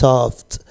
Soft